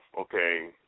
okay